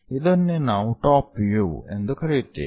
ಇದನ್ನೇ ನಾವು top view ಎಂದು ಕರೆಯುತ್ತೇವೆ